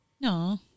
No